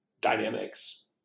dynamics